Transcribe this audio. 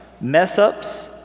mess-ups